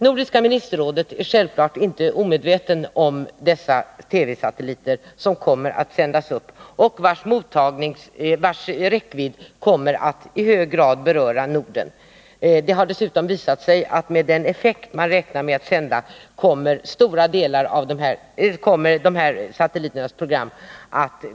Nordiska ministerrådet är självfallet inte omedvetet om att dessa TV-satelliter skall sändas upp och att deras räckvidd i hög grad kommer att beröra Norden. Det har dessutom visat sig att det med den beräknade effekten kommer att bli möjligt att i stora delar av Norden ta emot dessa satelliters program.